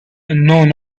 unknown